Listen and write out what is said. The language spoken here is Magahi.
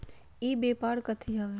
ई व्यापार कथी हव?